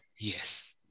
Yes